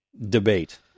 debate